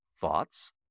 thoughts